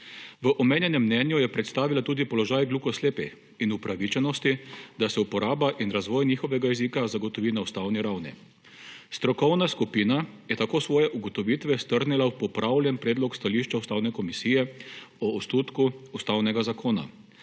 V omenjenem mnenju je predstavila tudi položaj gluhoslepih in upravičenosti, da se uporaba in razvoj njihovega jezika zagotovi na ustavni ravni. Strokovna skupina je tako svoje ugotovitve strnila v popravljen predlog stališča Ustavne komisije o osnutku Ustavnega zakona,